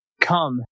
come